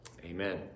Amen